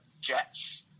Jets